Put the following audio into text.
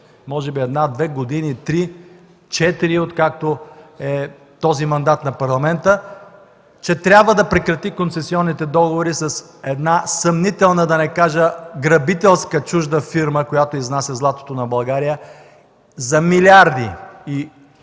може би вече 1-2-3-4 години, откакто е този мандат на парламента, че трябва да прекрати концесионните договори с една съмнителна, да не кажа грабителска, чужда фирма, която изнася златото на България за милиарди,